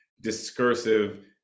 discursive